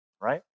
right